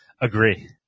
agree